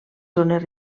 zones